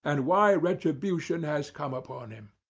and why retribution has come upon him.